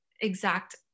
exact